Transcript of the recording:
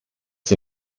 sie